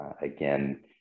again